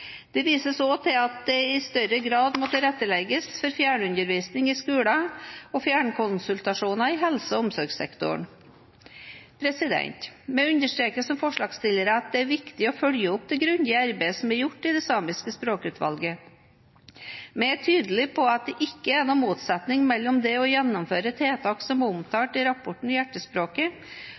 Det vises også til at det i større grad må tilrettelegges for fjernundervisning i skolen og fjernkonsultasjoner i helse- og omsorgssektoren. Vi understreker som forslagsstillere at det er viktig å følge opp det grundige arbeidet som er gjort i det samiske språkutvalget. Vi er tydelige på at det ikke er noen motsetning mellom det å gjennomføre tiltak som er omtalt i rapporten Hjertespråket,